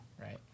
right